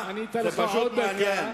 אני אסביר, זה מעניין.